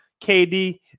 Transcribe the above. KD